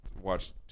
watched